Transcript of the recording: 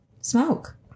smoke